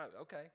okay